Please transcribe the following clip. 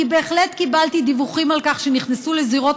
אני בהחלט קיבלתי דיווחים על כך שנכנסו לזירות